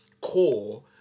core